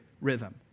rhythm